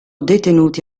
detenuti